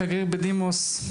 שגריר בדימוס,